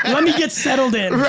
and me get settled in. right,